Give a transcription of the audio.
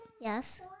Yes